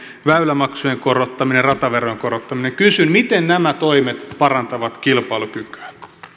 väylämaksujen korottaminen rataverojen korottaminen kysyn miten nämä toimet parantavat kilpailukykyä